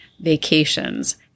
vacations